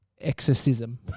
exorcism